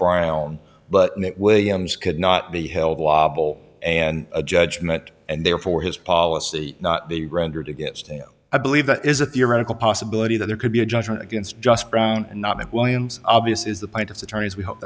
brown but that williams could not be held liable and a judgment and therefore his policy not be rendered against him i believe that is a theoretical possibility that there could be a judgment against just brown and not mcwilliams obvious is the plaintiff's attorneys we hope